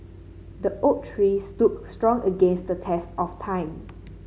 the oak tree stood strong against the test of time